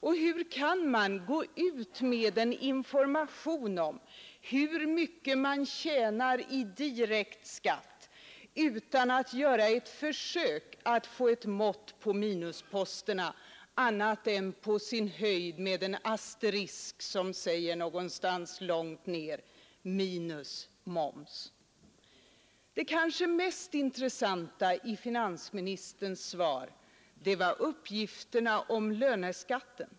Och hur kan man gå ut, herr Sträng, med en information om hur mycket folk tjänar i direkt skatt utan att göra ens ett försök att få ett mått på minusposterna — annat än på sin höjd med en asterisk som säger någonstans långt ner: ”minus moms”. Det kanske mest intressanta i finansministerns svar var uppgifterna om löneskatten.